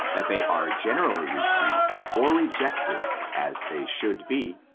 that they are generally received or rejected as they should be,